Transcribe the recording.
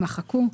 יימחקו.